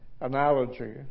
analogy